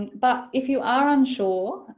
but if you are unsure